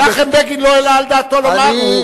מנחם בגין לא העלה על דעתו לומר.